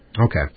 Okay